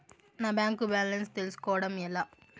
నా bank balance తెలుస్కోవడం ఎలా?